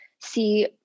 see